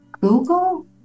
Google